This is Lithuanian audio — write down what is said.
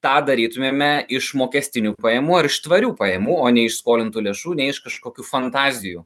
tą darytumėme iš mokestinių pajamų ar iš tvarių pajamų o ne iš skolintų lėšų ne iš kažkokių fantazijų